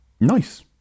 nice